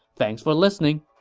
thanks for listening